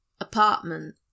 apartment